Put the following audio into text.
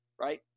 right